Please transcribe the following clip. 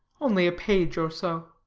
only a page or so.